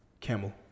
Camel